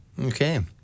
Okay